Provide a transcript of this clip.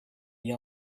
the